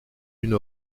une